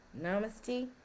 Namaste